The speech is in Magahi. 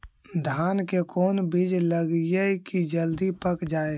धान के कोन बिज लगईयै कि जल्दी पक जाए?